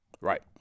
Right